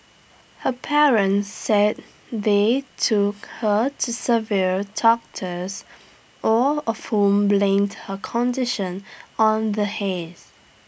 her parents said they took her to several doctors all of whom blamed her condition on the haze